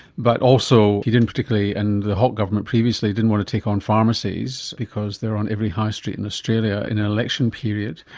but also he didn't particularly and the hawke government previously didn't want to take on pharmacies because they are on every high street in australia in an election period.